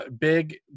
big